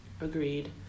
agreed